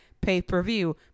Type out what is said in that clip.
pay-per-view